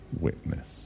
witness